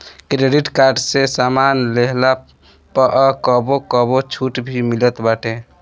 credit card से सामान लेहला पअ कबो कबो छुट भी मिलत बाटे